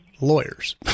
lawyers